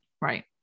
Right